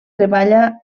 treballa